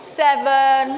seven